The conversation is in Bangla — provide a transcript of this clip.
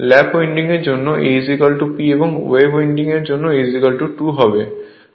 ল্যাপ উইন্ডিং এর জন্য A P এবং ওয়েভ উইন্ডিং A 2 হবে